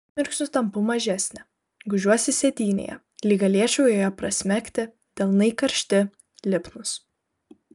akimirksniu tampu mažesnė gūžiuosi sėdynėje lyg galėčiau joje prasmegti delnai karšti lipnūs